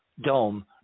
dome